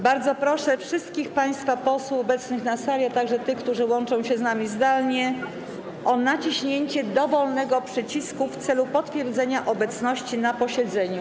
Bardzo proszę wszystkich państwa posłów obecnych na sali, a także tych, którzy łączą się z nami zdalnie, o naciśnięcie dowolnego przycisku w celu potwierdzenia obecności na posiedzeniu.